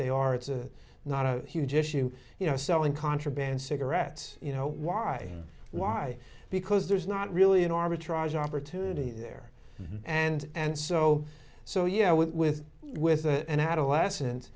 they are it's a not a huge issue you know selling contraband cigarettes you know why why because there's not really an arbitrage opportunity there and and so so yeah with with with that and adolescen